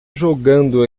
jogando